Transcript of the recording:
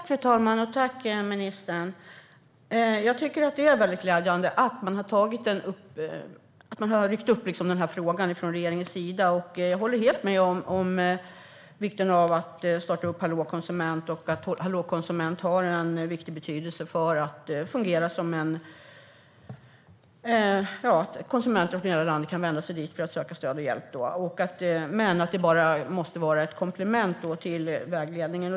Fru talman! Det är glädjande att regeringen har ryckt upp frågan. Jag håller helt med om vikten av att starta Hallå konsument, dit konsumenter från hela landet kan vända sig för att få stöd och hjälp. Men det ska bara vara ett komplement till konsumentvägledningen.